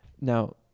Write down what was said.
Now